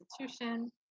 institution